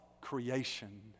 creation